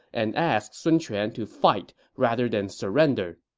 and asked sun quan to fight rather than surrender